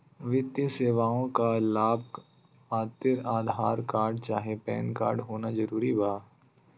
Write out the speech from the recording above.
वित्तीय सेवाएं का लाभ खातिर आधार कार्ड चाहे पैन कार्ड होना जरूरी बा?